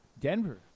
Denver